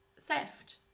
theft